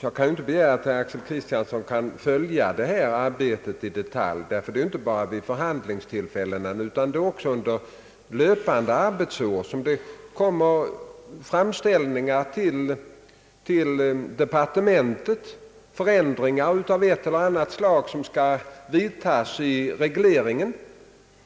Jag kan inte begära att herr Axel Kristiansson skall kunna följa detta arbete i detalj, eftersom det inte bara vid förhandlingstillfällena utan också under löpande arbetsår kommer framställningar till departementet beträffande förändringar av ett eller annat slag som skall vidtas i regleringen.